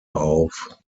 auf